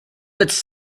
its